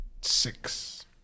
Six